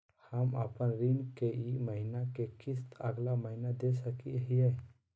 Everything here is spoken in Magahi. हम अपन ऋण के ई महीना के किस्त अगला महीना दे सकी हियई?